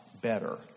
better